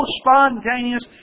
spontaneous